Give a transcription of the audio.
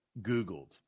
Googled